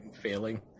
failing